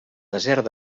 desert